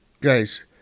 guys